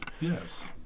yes